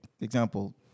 example